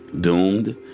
doomed